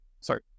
sorry